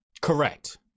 Correct